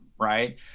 right